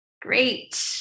great